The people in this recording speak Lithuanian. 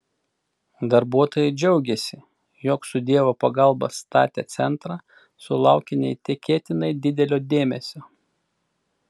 darbuotojai džiaugėsi jog su dievo pagalba statę centrą sulaukia neįtikėtinai didelio dėmesio